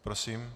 Prosím.